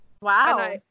Wow